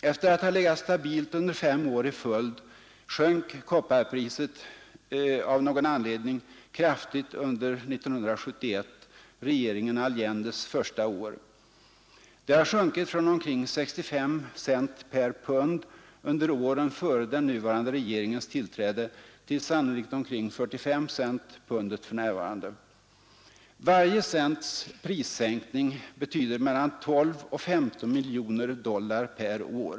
Efter att ha legat stabilt under fem år i följd sjönk kopparpriset kraftigt under 1971, regeringen Allendes första år. Det har sjunkit från i genomsnitt omkring 65 cent per pund under åren före den nuvarande regeringens tillträde till sannolikt omkring 45 cent pundet för närvarande. Varje cents prissänkning betyder mellan 12 och 15 miljoner dollar per år.